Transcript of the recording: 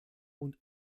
und